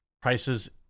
Prices